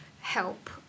help